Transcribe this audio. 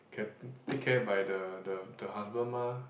can take care by the the the husband mah